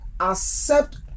accept